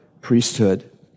priesthood